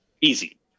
Easy